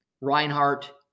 Reinhardt